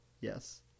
Yes